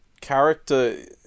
character